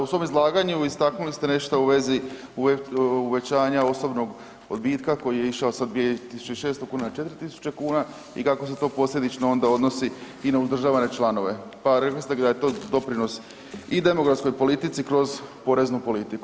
U svom izlaganju istaknuli ste nešto u vezi uvećanja osobnog odbitka koji je išao sa 2.600 kuna na 4.000 i kako se to posljedično onda odnosi i na uzdržavane članove, pa rekli ste da je to doprinos i demografskoj politici kroz poreznu politiku.